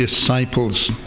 disciples